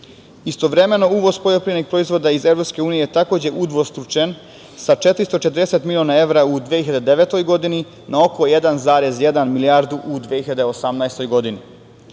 Istovremeno, uvoz poljoprivrednih proizvoda iz EU je takođe udvostručen sa 440 miliona evra u 2009. godini na oko 1,1 milijardu u 2018. godini.